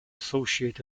associated